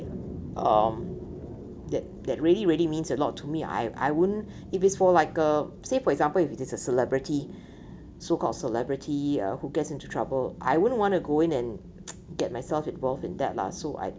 um that that really really means a lot to me I I won't if it's for like uh say for example if it is a celebrity so called a celebrity who gets into trouble I wouldn't want to go in and get myself involved in that lah so I